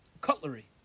cutlery